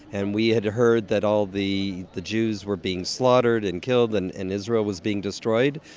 and we had heard that all the the jews were being slaughtered and killed and and israel was being destroyed,